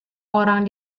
orang